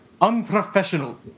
unprofessional